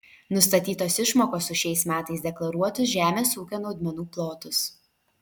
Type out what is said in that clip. nustatytos išmokos už šiais metais deklaruotus žemės ūkio naudmenų plotus